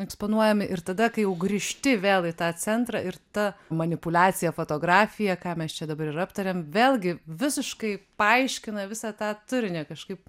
eksponuojami ir tada kai jau grįžti vėl į tą centrą ir ta manipuliacija fotografija ką mes čia dabar ir aptariam vėlgi visiškai paaiškina visą tą turinį kažkaip